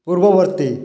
ପୂର୍ବବର୍ତ୍ତୀ